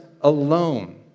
alone